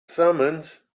summons